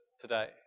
today